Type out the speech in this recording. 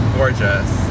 gorgeous